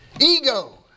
Ego